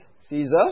Caesar